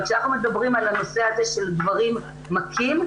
וכשאנחנו מדברים על הנושא של גברים מכים,